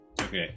Okay